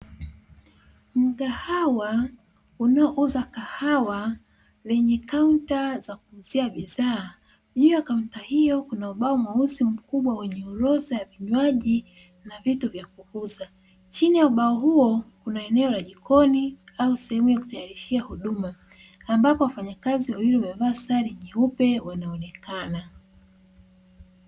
Mgahawa unaouza kahawa lenye kaunta ya kuuzia bidhaa. Juu ya kaunta hiyo kuna ubao mweusi mkubwa wenye orodha ya vinywaji na vitu vya kuuza. Chini ya ubao huo kuna eneo la jikoni au sehemu ya kutayarishia huduma, ambapo wafanyakazi wawili wamevaa sare ya nyeupe wanaonekana.